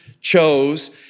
chose